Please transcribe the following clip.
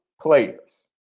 players